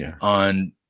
on